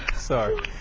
start